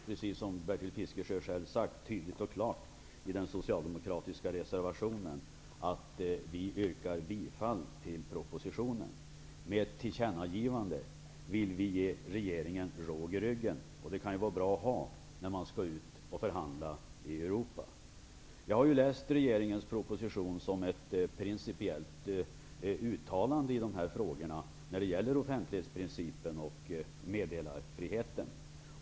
Precis som Bertil Fiskesjö själv har sagt står det tydligt och klart i den socialdemokratiska reservationen att vi yrkar bifall till propositionen. Med ett tillkännagivande vill vi ge regeringen råg i ryggen. Det kan vara bra att ha när man skall ut i Europa och förhandla. Jag har läst regeringens proposition som ett principiellt uttalande i frågorna om offentlighetsprincipen och meddelarfriheten.